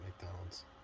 McDonald's